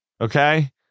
Okay